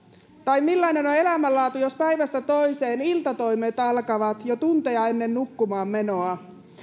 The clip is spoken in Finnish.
tai millainen on elämänlaatu jos päivästä toiseen iltatoimet alkavat jo tunteja ennen nukkumaanmenoa